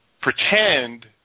pretend